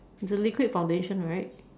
it's the liquid foundation right